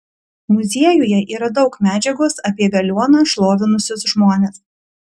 muziejuje yra daug medžiagos apie veliuoną šlovinusius žmones